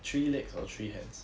three legs or three hands